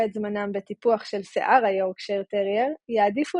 את זמנם בטיפוח של שיער היורקשייר טרייר יעדיפו